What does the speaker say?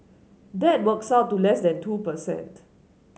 that works out to less than two per cent